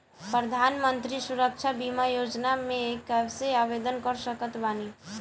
प्रधानमंत्री सुरक्षा बीमा योजना मे कैसे आवेदन कर सकत बानी?